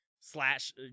slash